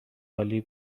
عالی